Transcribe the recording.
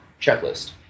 checklist